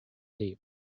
deep